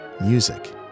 music